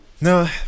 No